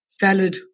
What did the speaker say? valid